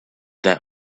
that